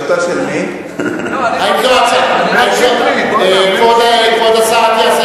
כבוד השר אטיאס,